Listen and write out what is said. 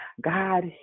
god